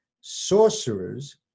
Sorcerers